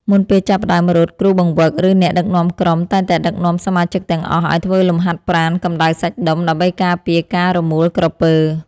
មុនពេលចាប់ផ្ដើមរត់ គ្រូបង្វឹក ឬអ្នកដឹកនាំក្រុមតែងតែដឹកនាំសមាជិកទាំងអស់ឱ្យធ្វើលំហាត់ប្រាណកម្តៅសាច់ដុំ ដើម្បីការពារការរមួលក្រពើ។